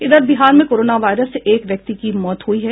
इधर बिहार में corona virus से एक व्यक्ति की मौत हुयी है